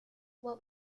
what